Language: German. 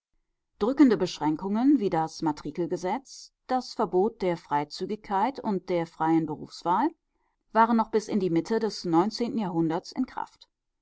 drückende beschränkungen wie das matrikelgesetz das verbot der freizügigkeit und der freien berufswahl waren noch bis in die mitte des neunzehnten jahrhunderts in kraft